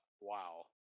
wow